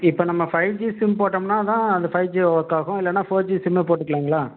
இப்போ நம்ம five G SIM போட்டோம்னால் தான் அந்த ஃபைவ் ஜில ஒர்க்காகும் இல்லைனா ஃபோர் ஜி சிம்மே போட்டுக்கலாங்களா